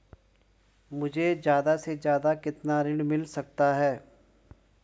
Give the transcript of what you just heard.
मुझे ज्यादा से ज्यादा कितना ऋण मिल सकता है?